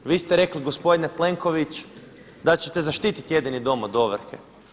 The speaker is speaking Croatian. Vi ste rekli gospodine Plenković da ćete zaštititi jedini dom od ovrhe.